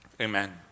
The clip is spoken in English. Amen